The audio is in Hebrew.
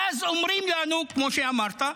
ואז אומרים לנו, כמו שאמרת: